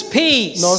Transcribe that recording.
peace